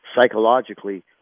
psychologically